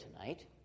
tonight